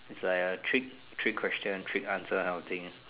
is like a trick trick question trick answer kind of thing